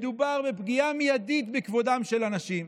מדובר בפגיעה מיידית בכבודם של אנשים.